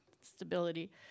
stability